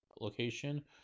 location